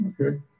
okay